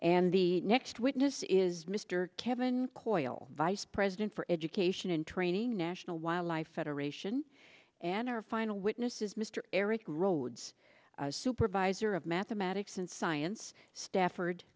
and the next witness is mr kevin coyle vice president for education and training national wildlife federation and our final witness is mr eric rhodes supervisor of mathematics and science stafford